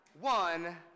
one